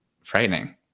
frightening